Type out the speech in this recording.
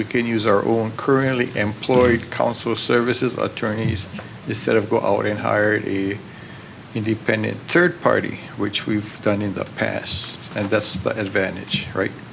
we can use our own currently employed counsel services attorneys instead of go out and hire the independent third party which we've done in the past so and that's the advantage right